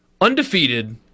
Undefeated